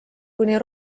kuni